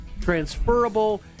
transferable